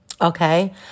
okay